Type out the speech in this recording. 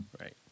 Right